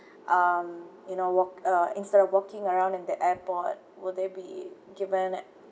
um you know walk uh instead of walking around in the airport will there be given